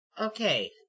Okay